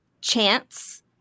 Chance